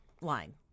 line